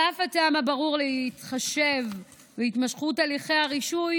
על אף הטעם הברור להתחשב בהתמשכות הליכי הרישוי,